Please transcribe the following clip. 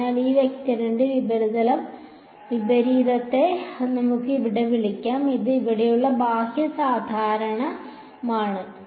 അതിനാൽ ഈ വെക്ടറിന്റെ വിപരീതത്തെ നമുക്ക് ഇവിടെ വിളിക്കാം അത് ഇവിടെയുള്ള ബാഹ്യ സാധാരണമാണ്